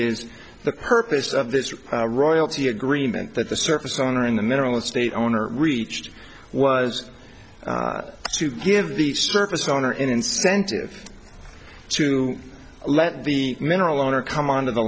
is the purpose of this royalty agreement that the surface owner in the mineral estate owner reached was to give the service owner incentive to let the mineral owner come onto the